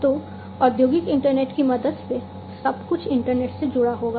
तो औद्योगिक इंटरनेट की मदद से सब कुछ इंटरनेट से जुड़ा होगा